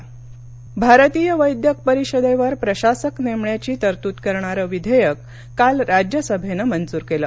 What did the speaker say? विधेयक भारतीय वैद्यक परिषदेवर प्रशासक नेमण्याची तरतूद करणारं विधेयक काल राज्यसभेनं मंजूर केलं